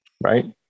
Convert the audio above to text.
Right